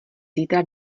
zítra